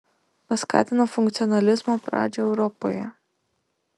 paskatino funkcionalizmo pradžią europoje